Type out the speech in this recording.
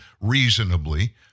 reasonably